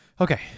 Okay